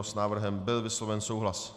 S návrhem byl vysloven souhlas.